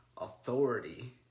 authority